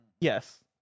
yes